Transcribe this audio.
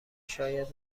شاید